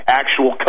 actual